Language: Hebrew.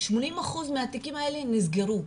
80% מהתיקים נסגרו.